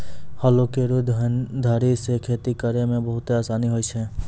हलो केरो धारी सें खेती करै म बहुते आसानी होय छै?